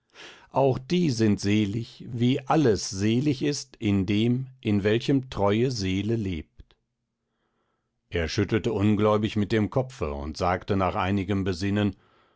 auch die sind selig wie alles selig ist dem in welchem treue seele lebt er schüttelte ungläubig mit dem kopfe und sagte nach einigem besinnen